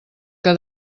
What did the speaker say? que